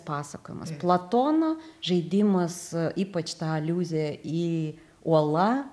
pasakojimas platono žaidimas ypač ta aliuzija į uolą